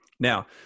Now